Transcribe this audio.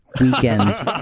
weekend's